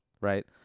Right